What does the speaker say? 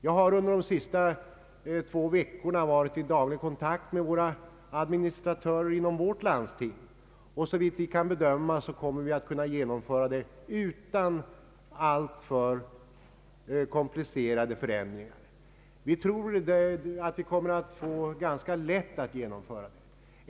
Jag har under de senaste två veckorna varit i daglig kontakt med administratörerna inom vårt landsting, och såvitt vi kan bedöma kommer vi att kunna genomföra reformen utan alltför komplicerade förändringar. Vi tror att vi kommer att få ganska lätt att genomföra den.